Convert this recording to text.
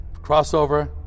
crossover